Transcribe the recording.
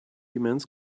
immense